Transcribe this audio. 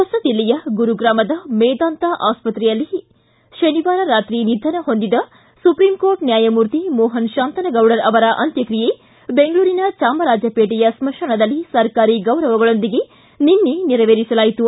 ಹೊಸದಿಲ್ಲಿಯ ಗುರುಗಾಮದ ಮೇದಾಂತಾ ಆಸ್ವತ್ರೆಯಲ್ಲಿ ಶನಿವಾರ ರಾತ್ರಿ ನಿಧನ ಹೊಂದಿದ ಸುಪ್ರೀಂಕೋರ್ಟ್ ನ್ಯಾಯಮೂರ್ತಿ ಮೋಹನ ಶಾಂತನಗೌಡರ ಅವರ ಅಂತ್ಯಕ್ರಿಯೆ ಬೆಂಗಳೂರಿನ ಚಾಮರಾಜಪೇಟೆಯ ಸ್ಮಶಾನದಲ್ಲಿ ಸರ್ಕಾರಿ ಗೌರವಗಳೊಂದಿಗೆ ನಿನ್ನೆ ನೆರವೇರಿಸಲಾಯಿತು